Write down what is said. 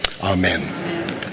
Amen